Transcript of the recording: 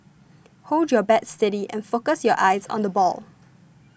hold your bat steady and focus your eyes on the ball